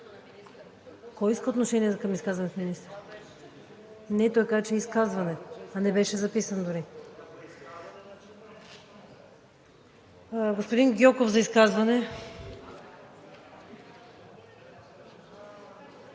Кой иска отношение към изказването? Не, той каза, че е изказване, а не беше записан дори. Господин Гьоков – за изказване.